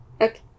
Okay